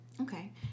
okay